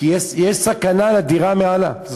כי יש סכנה לדירה מעל.